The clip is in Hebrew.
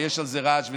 ויש על זה רעש וצלצולים,